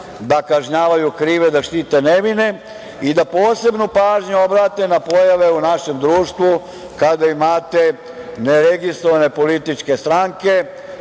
da kažnjavaju krive, da štite nevine i da posebnu pažnju obrate na pojave u našem društvu kada imate neregistrovane političke stranke,